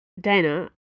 Dana